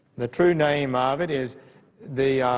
the true name of it is the